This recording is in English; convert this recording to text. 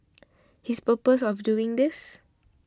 his purpose of doing this